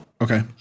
okay